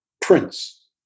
Prince